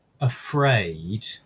afraid